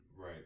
Right